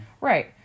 Right